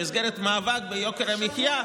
במסגרת המאבק ביוקר המחיה,